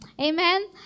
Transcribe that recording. Amen